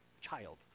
child